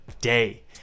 day